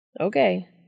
Okay